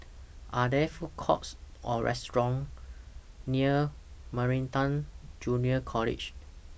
Are There Food Courts Or restaurants near Meridian Junior College